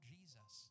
Jesus